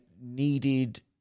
needed